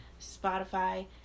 Spotify